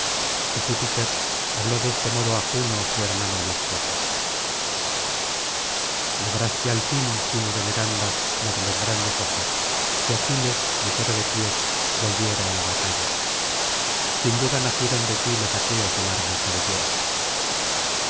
y júpiter habló de este modo á juno su hermana y esposa lograste al fin juno veneranda la de los grandes ojos que aquiles ligero de pies volviera á la batalla sin duda nacieron de ti los aqueos de larga cabellera